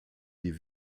die